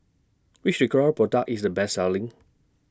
Which Ricola Product IS The Best Selling